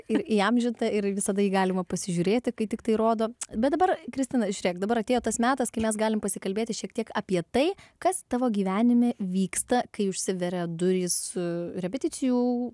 ir įamžinta ir visada jį galima pasižiūrėti kai tiktai rodo bet dabar kristina žiūrėk dabar atėjo tas metas kai mes galim pasikalbėti šiek tiek apie tai kas tavo gyvenime vyksta kai užsiveria durys repeticijų